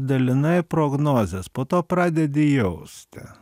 dalinai prognozės po to pradedi jausti